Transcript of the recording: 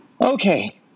okay